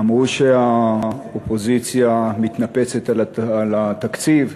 אמרו שהאופוזיציה מתנפצת על התקציב,